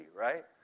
right